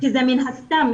שזה מן הסתם.